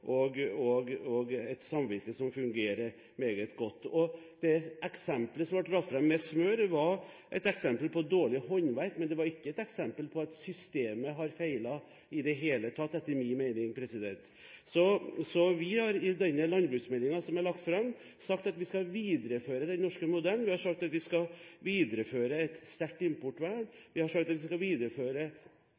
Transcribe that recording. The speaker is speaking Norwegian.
et samvirke som fungerer meget godt. Det eksemplet med smør som ble dratt fram, var et eksempel på dårlig håndverk, men det var ikke et eksempel på at systemet har feilet i det hele tatt, etter min mening. Vi har i den landbruksmeldingen som er lagt fram, sagt at vi skal videreføre den norske modellen. Vi har sagt at vi skal videreføre et sterkt importvern, vi har sagt at vi skal videreføre